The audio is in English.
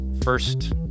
first